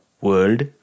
world